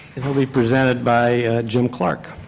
will be presented by jim clark.